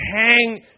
hang